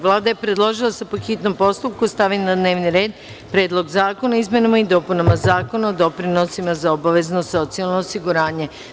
Vlada je predložila da se po hitnom postupku stavi na dnevni red - Predlog zakona o izmenama i dopunama Zakona o doprinosima za obavezno socijalno osiguranje.